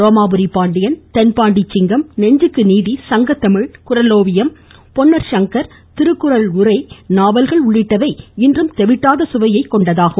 ரோமாபுரி பாண்டியன் தென்பாண்டி சிங்கம் நெஞ்சுக்கு நீதி சங்கத்தமிழ் குறளோவியம் பொன்னர் சங்கர் திருக்குறள் உரை நாவல்கள் உள்ளிட்டவை இன்றும் தெவிட்டாத சுவையை கொண்டதாகும்